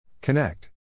Connect